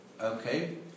okay